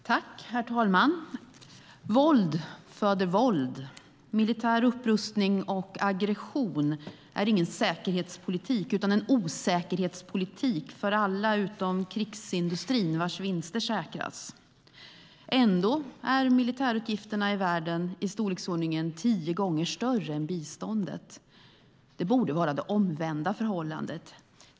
Herr talman! Våld föder våld. Militär upprustning och aggression är ingen säkerhetspolitik utan en osäkerhetspolitik för alla utom krigsindustrin, vars vinster säkras. Ändå är militärutgifterna i världen i storleksordningen tio gånger större än biståndet. Det borde vara det omvända förhållandet.